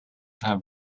have